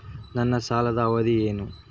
ನನ್ನ ಸಾಲದ ಅವಧಿ ಏನು?